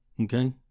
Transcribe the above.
Okay